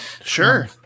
Sure